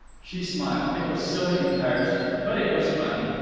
she smiled. it was silly and tiresome, but it was funny.